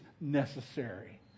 necessary